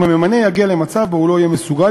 אם הממנה יגיע למצב שבו הוא לא יהיה מסוגל